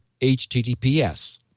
HTTPS